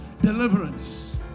deliverance